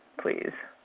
please.